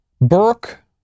Burke